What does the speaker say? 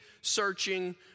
searching